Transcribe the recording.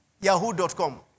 yahoo.com